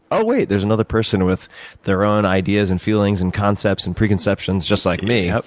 oh, wait, there's another person with their own ideas and feelings and concepts and preconceptions just like me. yeah.